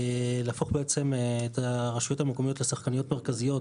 להפוך את הרשויות המקומיות לשחקניות מרכזיות